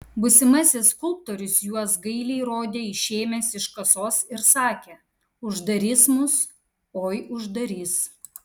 būsimasis skulptorius juos gailiai rodė išėmęs iš kasos ir sakė uždarys mus oi uždarys